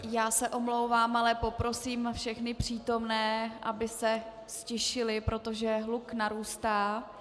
Pane kolego, já se omlouvám, ale poprosím všechny přítomné, aby se ztišili, protože hluk narůstá.